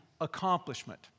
accomplishment